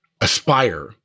aspire